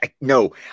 No